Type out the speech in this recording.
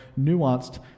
nuanced